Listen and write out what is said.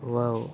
wow